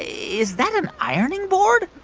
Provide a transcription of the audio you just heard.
is that an ironing board?